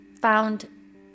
found